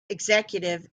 executive